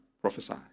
prophesy